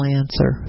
answer